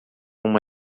uma